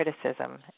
criticism